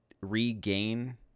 regain